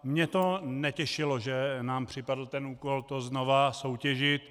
Mě to netěšilo, že nám připadl úkol to znovu soutěžit.